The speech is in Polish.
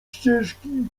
ścieżki